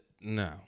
No